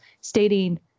stating